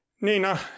nina